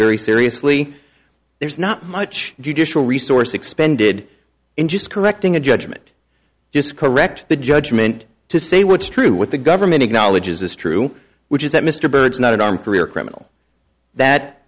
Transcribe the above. very seriously there's not much judicial resource expended in just correcting a judgment just correct the judgment to say what's true what the government acknowledges is true which is that mr byrd is not an armed career criminal that